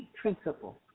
principle